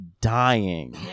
dying